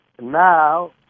Now